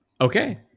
okay